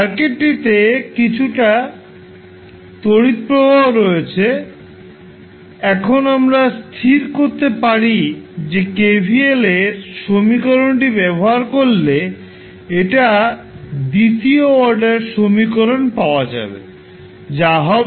সার্কিটটিতে কিছুটা তড়িৎ প্রবাহ রয়েছে এখন আমরা স্থির করতে পারি যে কেভিএল এর সমীকরণটি ব্যবহার করলে একটা দ্বিতীয় অর্ডার সমীকরণ পাওয়া যাবে যা হবে